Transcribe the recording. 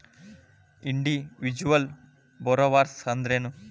Individual borrowers ಅಂದ್ರೇನು?